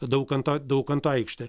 daukanto daukanto aikštę